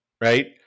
right